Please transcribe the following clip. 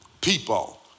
people